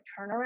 turnaround